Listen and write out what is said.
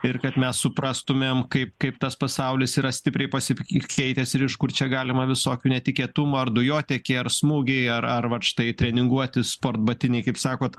ir kad mes suprastumėm kaip kaip tas pasaulis yra stipriai pasik keitęs ir iš kur čia galima visokių netikėtumų ar dujotiekiai ar smūgiai ar ar vat štai treninguoti sportbatiniai kaip sakot